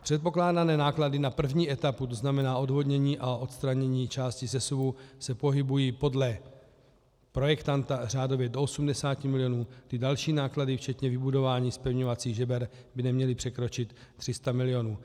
Předpokládané náklady na první etapu, tzn. odvodnění a odstranění části sesuvu, se pohybují podle projektanta řádově do 80 milionů, další náklady včetně vybudování zpevňovacích žeber by neměly překročit 300 milionů.